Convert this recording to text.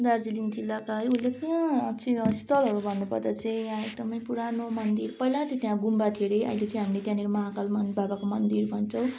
दार्जिलिङ जिल्लाका उल्लेखनीय चाहिँ स्थलहरू भन्नुपर्दा चाहिँ यहाँ एकदमै पुरानो मन्दिर पहिला चाहिँ त्यहाँ गुम्बा थियो अरे अहिले चाहिँ हामीले त्यहाँनिर महाकाल म बाबाको मन्दिर भन्छौँ